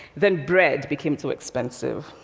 then bread became too expensive,